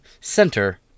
center